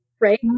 Right